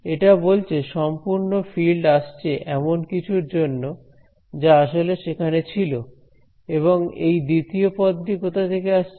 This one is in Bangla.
এটা বলছে সম্পূর্ণ ফিল্ড আসছে এমন কিছুর জন্য যা আসলে সেখানে ছিল এবং এই দ্বিতীয় পদটি কোথা থেকে আসছে